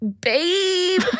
babe